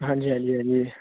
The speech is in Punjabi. ਹਾਂਜੀ ਹਾਂਜੀ ਹਾਂਜੀ